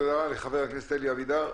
תודה לחבר הכנסת אלי אבידר.